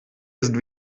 ist